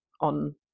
on